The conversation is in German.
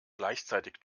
gleichzeitig